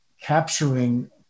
capturing